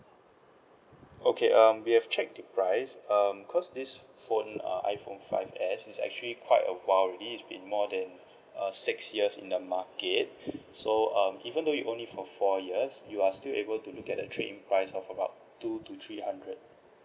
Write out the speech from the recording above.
okay um we have checked the price um because this phone err iPhone five S is actually quite a while already it's been more than err six years in the market so um even though you own it for four years you are still able to look at the trade in price of about two to three hundred